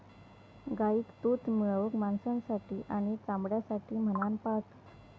गाईक दूध मिळवूक, मांसासाठी आणि चामड्यासाठी म्हणान पाळतत